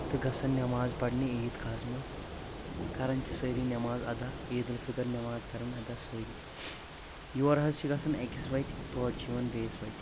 تہٕ گژھان نٮ۪ماز پرنہِ عید گاہس منٛز کران چھِ سٲری نٮ۪ماز ادا عید الفطر نٮ۪ماز کران ادا سٲری یورٕ حظ چھِ گژھان أکِس وتہِ تورٕ چھِ یِوان بیٚیِس وتہِ